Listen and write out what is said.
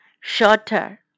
shorter